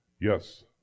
Yes